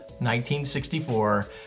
1964